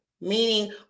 Meaning